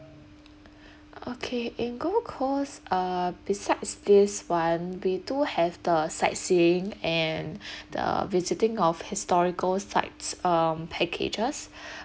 okay in gold coast uh besides this [one] we do have the sightseeing and the visiting of historical sites um packages